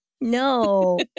No